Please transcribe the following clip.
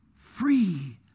free